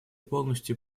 полностью